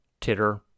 titter